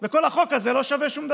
וכל החוק הזה לא שווה שום דבר.